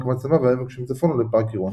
המצלבה והעמק שמצפון לו לפארק עירוני.